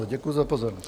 Děkuju za pozornost.